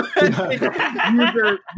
user